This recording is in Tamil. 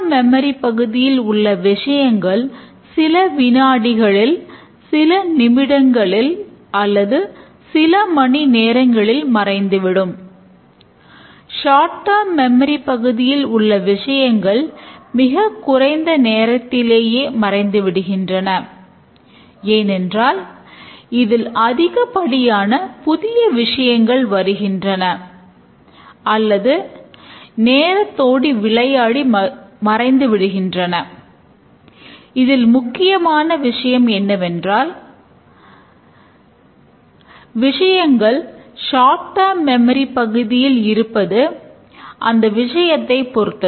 ஷாட் ட்டாம் மெம்மரி பகுதியில் இருப்பது அந்த விஷயத்தை பொருத்தது